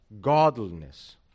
godliness